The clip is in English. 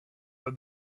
that